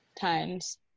Times